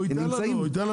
הוא ייתן לנו.